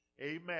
Amen